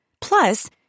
Plus